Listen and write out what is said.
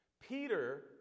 Peter